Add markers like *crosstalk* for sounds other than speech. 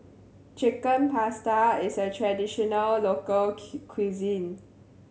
Chicken Pasta is a traditional local *unintelligible* cuisine